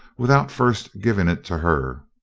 without first giving it to her.